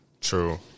True